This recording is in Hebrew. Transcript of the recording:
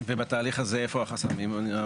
ובתהליך הזה איפה החסמים?